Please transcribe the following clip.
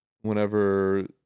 whenever